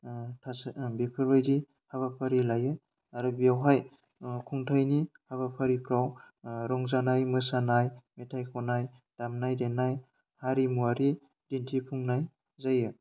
बेफोरबायदि हाबाफारि लायो आरो बेवहाय खुंथाइनि हाबाफारिफ्राव रंजानाय मोसानाय मेथाइ खन्नाय दामनाय देनाय हारिमुवारि दिन्थिफुंनाय जायो